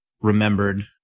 remembered